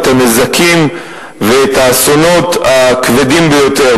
את הנזקים ואת האסונות הכבדים ביותר.